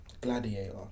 Gladiator